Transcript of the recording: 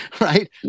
Right